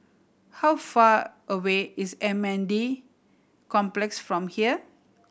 how far away is M N D Complex from here